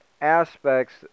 aspects